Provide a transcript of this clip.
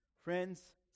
Friends